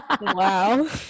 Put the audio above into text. Wow